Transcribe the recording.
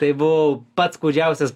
tai buvau pats kūdžiausias